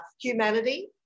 humanity